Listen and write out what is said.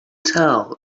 tell